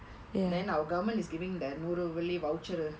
then our government is giving that நூறு வெள்ளி:nooru velli voucher